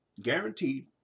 guaranteed